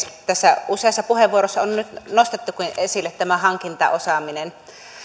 tässä useissa puheenvuoroissa on nyt nostettukin esille tämä hankintaosaaminen